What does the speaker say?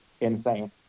insane